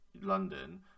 London